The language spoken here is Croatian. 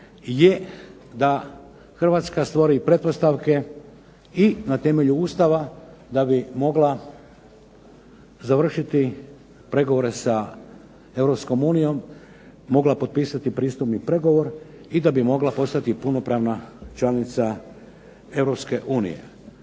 je da Hrvatska stvori pretpostavke i na temelju Ustava da bi mogla završiti pregovore sa Europskom unijom, mogla potpisati pristupni pregovor i da bi mogla postati punopravna članica